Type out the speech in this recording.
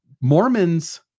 Mormons